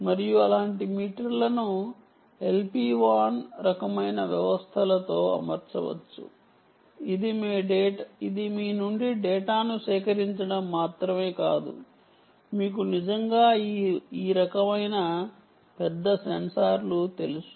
మరియు అలాంటి మీటర్లను LPWAN రకమైన వ్యవస్థలతో అమర్చవచ్చు ఇది మీ నుండి డేటాను సేకరించడం మాత్రమే కాదు మీకు నిజంగా ఈ రకమైన పెద్ద సెన్సార్లు తెలుసు